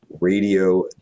Radio